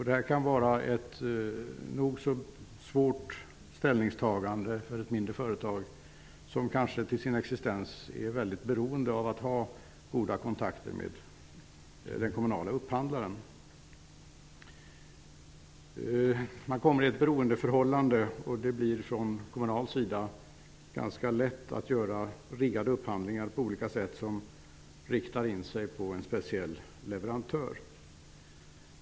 Det kan vara ett nog så svårt ställningstagande för ett mindre företag, ett företag som kanske för sin existens är mycket beroende av goda kontakter med den kommunala upphandlaren. Man kan komma i ett beroendeförhållande och det kan från kommunal sida bli ganska lätt att göra ''riggade upphandlingar'' på olika sätt, som riktar in sig på en speciell leverantör.